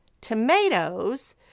tomatoes